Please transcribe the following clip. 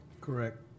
Correct